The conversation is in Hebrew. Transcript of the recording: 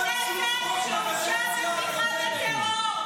מי חבר הכנסת שהורשע בתמיכה בטרור?